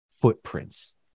footprints